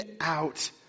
out